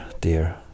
dear